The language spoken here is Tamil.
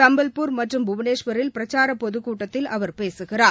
சம்பல்பூர் மற்றும் புவனேஸ்வரில் பிரச்சாரப் பொதுக்கூட்டங்களில் அவர் பேசுகிறார்